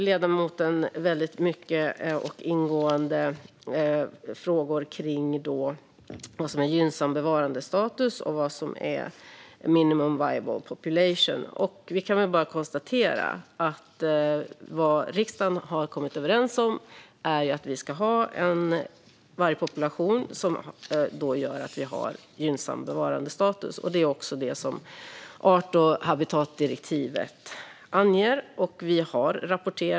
Ledamoten tar sedan väldigt ingående upp frågor kring vad som är gynnsam bevarandestatus och vad som är minimum viable population. Vi kan väl bara konstatera att vad riksdagen har kommit överens om är att vi ska ha en vargpopulation som gör att vi har gynnsam bevarandestatus, och det är också det som art och habitatdirektivet anger.